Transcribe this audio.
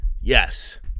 Yes